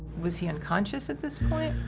was he unconscious at this point?